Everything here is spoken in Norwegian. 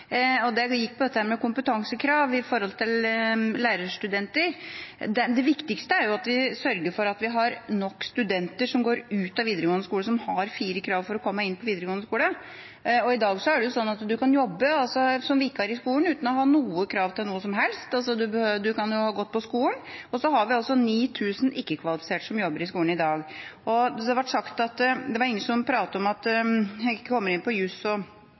stad. Det gikk på dette med kompetansekrav når det gjelder lærerstudenter. Det viktigste er at vi sørger for at vi har nok studenter som går ut av videregående skole og har 4 i karakter, som er kravet for å komme inn på lærerutdanningen. I dag er det sånn at en kan jobbe som vikar i skolen uten å ha noe krav til noe som helst – en kan ha gått på skolen – og vi har altså 9 000 ikke-kvalifiserte som jobber i skolen i dag. Det ble sagt at det var ingen som snakket om at en ikke kommer inn på